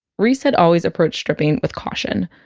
reese had always approached stripping with caution.